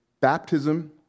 Baptism